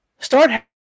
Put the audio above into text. Start